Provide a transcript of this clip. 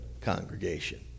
congregation